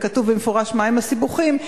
וכתוב במפורש מהם הסיבוכים,